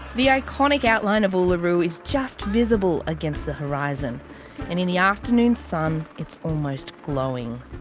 the iconic outline of uluru is just visible against the horizon. and in the afternoon sun, it's almost glowing.